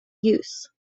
use